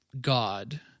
God—